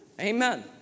Amen